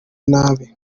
nabi